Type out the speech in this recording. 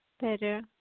better